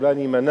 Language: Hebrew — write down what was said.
אולי אני אמנע,